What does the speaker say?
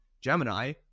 Gemini